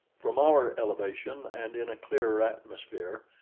from our elevation, and in a clearer atmosphere,